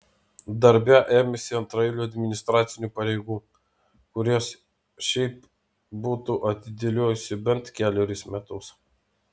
darbe ėmėsi antraeilių administracinių pareigų kurias šiaip būtų atidėliojusi bent kelerius metus